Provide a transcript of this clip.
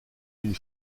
une